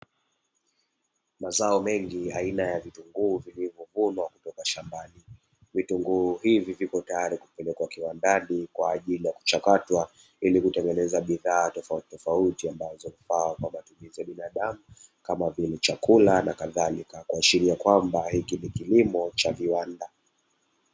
Mazao mengi aina ya vitunguu vilivyo vunwa kutoka shambani, vitunguu hivi viko tayari kupelekwa shambani kwa ajili ya kuchakatwa, hili kutengeneza bidhaa tofauti tofauti ambazo hufaa kwa matumizi ya binadamu, kama vile chakula nakadhalika kuashiria kwamba hiki ni kilimo cha viwanda.